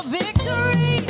victory